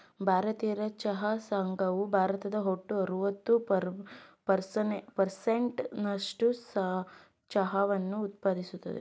ಭಾರತೀಯ ಚಹಾ ಸಂಘವು ಭಾರತದ ಒಟ್ಟು ಅರವತ್ತು ಪರ್ಸೆಂಟ್ ನಸ್ಟು ಚಹಾವನ್ನ ಉತ್ಪಾದಿಸ್ತದೆ